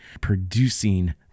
producing